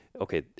okay